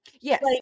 yes